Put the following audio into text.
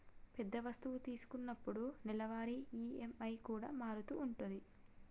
పెద్ద వస్తువు తీసుకున్నప్పుడు నెలవారీ ఈ.ఎం.ఐ కూడా మారుతూ ఉంటది